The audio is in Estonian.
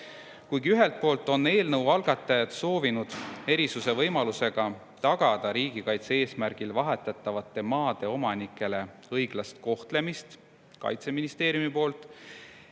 Kuigi ühelt poolt on eelnõu algatajad soovinud erisuse võimalusega tagada riigikaitse-eesmärgil vahetatavate maade omanike õiglane kohtlemine Kaitseministeeriumi poolt,